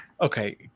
okay